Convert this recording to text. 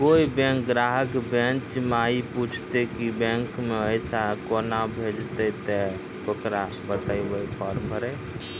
कोय बैंक ग्राहक बेंच माई पुछते की बैंक मे पेसा केना भेजेते ते ओकरा बताइबै फॉर्म भरो